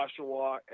Oshawa